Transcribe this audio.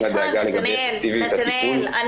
אני